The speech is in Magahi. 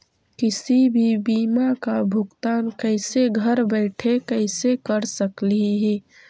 किसी भी बीमा का भुगतान कैसे घर बैठे कैसे कर स्कली ही?